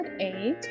eight